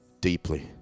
deeply